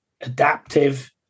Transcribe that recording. adaptive